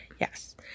Yes